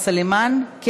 55,